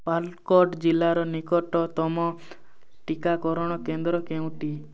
ପାଲକ୍କଡ଼୍ ଜିଲ୍ଲାର ନିକଟତମ ଟିକାକରଣ କେନ୍ଦ୍ର କେଉଁଟି